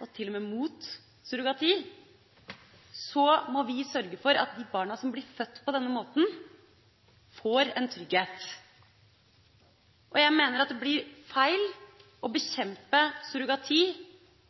og til og med mot surrogati, må vi sørge for at de barna som blir født på denne måten, får en trygghet. Jeg mener det blir feil å bekjempe surrogati